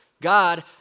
God